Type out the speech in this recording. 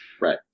Right